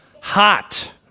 hot